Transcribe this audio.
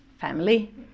family